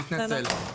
אני מתנצל.